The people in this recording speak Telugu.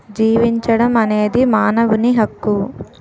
జీవించడం అనేది మానవుని హక్కు